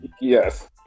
Yes